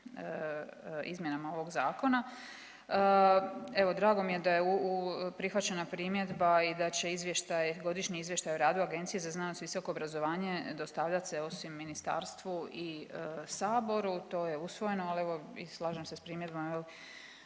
izmjenama ovog zakona. Evo drago mi je da je prihvaćena primjedba i da će izvještaj, godišnji izvještaj o radu Agencije za znanost i visoko obrazovanje dostavljat se osim ministarstvu i saboru, to je usvojeno, ali evo i slažem se s primjedbama